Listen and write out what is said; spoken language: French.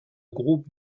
groupe